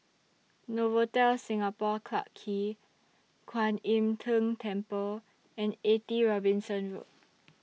Novotel Singapore Clarke Quay Kwan Im Tng Temple and eighty Robinson Road